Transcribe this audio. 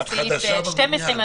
בסעיף 12,